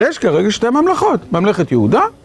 יש כרגע שתי ממלכות, ממלכת יהודה...